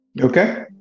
okay